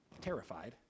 terrified